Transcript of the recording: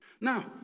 Now